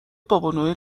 بابانوئل